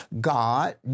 God